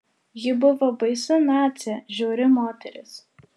ji buvo baisi nacė žiauri moteris